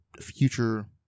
future